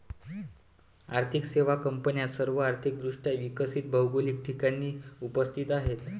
आर्थिक सेवा कंपन्या सर्व आर्थिक दृष्ट्या विकसित भौगोलिक ठिकाणी उपस्थित आहेत